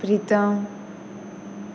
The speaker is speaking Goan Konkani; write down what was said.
प्रितम